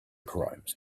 crimes